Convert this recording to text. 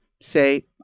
say